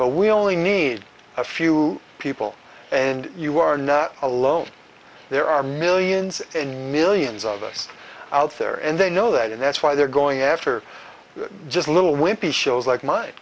but we only need a few people and you are not alone there are millions and millions of us out there and they know that and that's why they're going after just little wimpy shows like